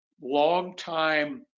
longtime